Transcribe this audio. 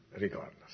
regardless